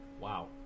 Wow